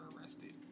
arrested